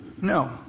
no